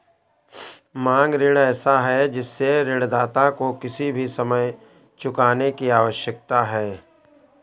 मांग ऋण ऐसा है जिससे ऋणदाता को किसी भी समय चुकाने की आवश्यकता है